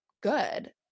good